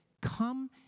Come